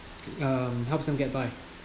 um helps them get by